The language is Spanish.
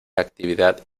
actividad